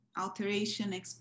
alteration